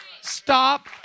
Stop